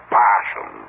passion